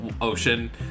ocean